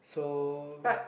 so